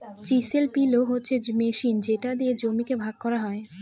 chisel পিলও হচ্ছে machine যেটা দিয়ে জমিকে ভাগ করা হয়